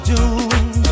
June